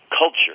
culture